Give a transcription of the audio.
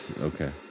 Okay